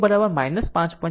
33 volt અને v2 5